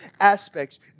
aspects